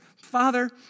Father